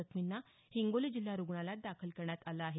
जखमींना हिंगोली जिल्हा रुग्णालयात दाखल करण्यात आलं आहे